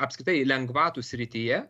apskritai lengvatų srityje